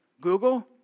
Google